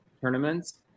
tournaments